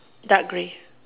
dark grey